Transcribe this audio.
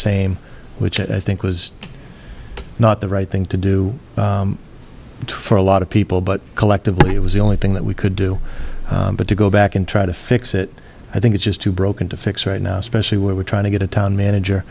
same which i think was not the right thing to do for a lot of people but collectively it was the only thing that we could do but to go back and try to fix it i think it's just too broken to fix right now especially where we're trying to get a town manager